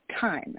time